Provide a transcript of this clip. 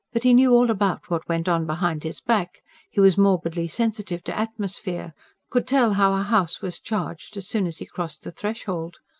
but he knew all about what went on behind his back he was morbidly sensitive to atmosphere could tell how a house was charged as soon as he crossed the threshold.